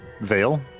Veil